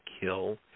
kill